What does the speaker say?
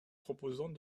proposons